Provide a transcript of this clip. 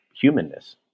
humanness